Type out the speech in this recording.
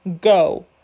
go